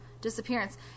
disappearance